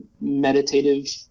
meditative